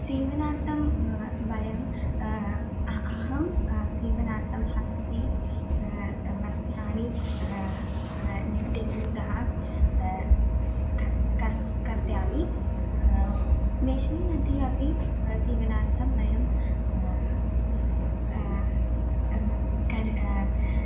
सीवनार्थं वयम् अहं सीवनार्थं हस्ते वस्त्राणि निट्टिङ्गः कर्ता कर्ता कर्तयामि मेशीन् मध्ये अपि सीवनार्थं वयं कर्